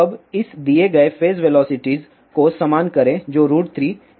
अब इस दिए गए फेज वेलोसिटीज को समान करें जो 3c है